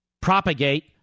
propagate